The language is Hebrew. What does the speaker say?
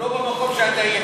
הייתי שם, לא במקום שאתה היית.